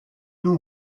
non